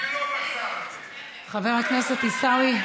חבר הכנסת עיסאווי,